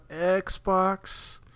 Xbox